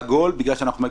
בגלל שזה מספר עגול?